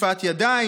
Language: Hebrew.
שטיפת ידיים,